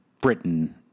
Britain